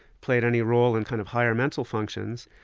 played any role in kind of higher mental functions,